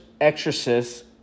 exorcists